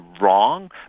wrong